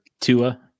Tua